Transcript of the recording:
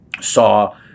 saw